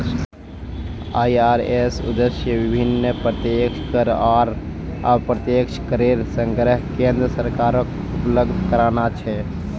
IRS उद्देश्य विभिन्न प्रत्यक्ष कर आर अप्रत्यक्ष करेर संग्रह केन्द्र सरकारक उपलब्ध कराना छे